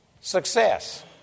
Success